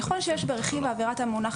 ככל שיש בעבירת המונח אחראי,